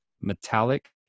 metallic